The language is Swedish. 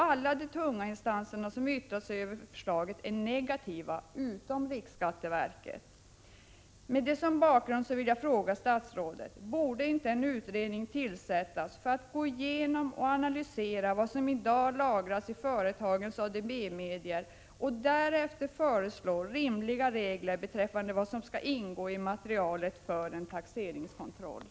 Alla de tunga instanser som har yttrat sig över förslaget är negativa, utom riksskatteverket. Med detta som bakgrund vill jag fråga statsrådet: Borde inte en utredning tillsättas för att gå igenom och analysera vad som i dag lagras i företagens ADB-medier och därefter föreslå rimliga regler beträffande vad som skall ingå i materialet för en taxeringskontroll?